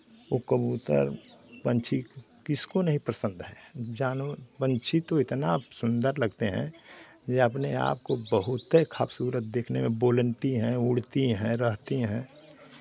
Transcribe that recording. ओ कबूतर पंछी किसको नहीं पसंद है जान पंछी तो इतना सुंदर लगते हैं ये अपने आपको बहुते खूबसूरत देखने में बोलती हैं उड़ती हैं रहती हैं